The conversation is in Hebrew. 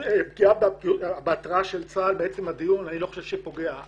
הפגיעה בהרתעה של צה"ל אני לא חושב שזה פוגע.